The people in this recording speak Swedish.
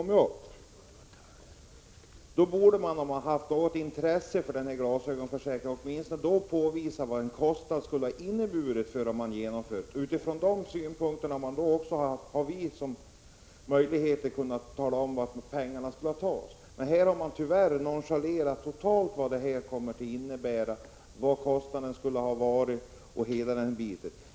Åtminstone då borde man, om man haft något intresse för den här glasögonförsäkringen, ha visat hur mycket ett genomförande skulle ha kostat. Då skulle vi också ha haft möjligheter att tala om var pengarna skulle ha tagits. Men nu har man tyvärr totalt nonchalerat att ta reda på vad en sådan här försäkring skulle komma att innebära, hur stora kostnaderna skulle bli osv.